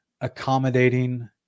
accommodating